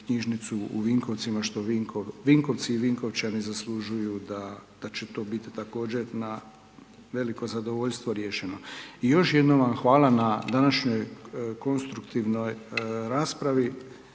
knjižnicu u Vinkovcima, što Vinkovci i Vinkovčani zaslužuju da, da će to biti također na veliko zadovoljstvo riješeno. I još jednom vam hvala na današnjoj konstruktivnoj raspravi,